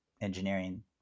engineering